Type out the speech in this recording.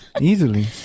Easily